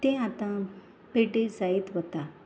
तें आतां पिड्ड्यार जायत वता